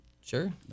sure